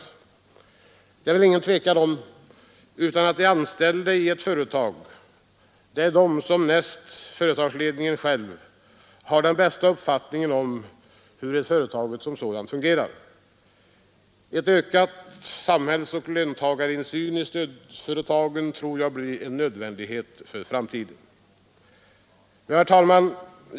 Det råder väl inget tvivel om att det är de anställda i ett företag som näst företagsledningen själv har den bästa uppfattningen om hur företaget som sådant fungerar. En ökad samhällsoch löntagarinsyn i stödföretagen tror jag blir en nödvändighet för framtiden.